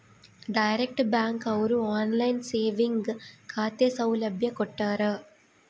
direct bank ಅವ್ರು online saving ಖಾತೆ ಸೌಲಭ್ಯ ಕೊಟ್ಟಾರ